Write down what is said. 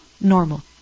normal